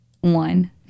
One